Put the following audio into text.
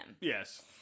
Yes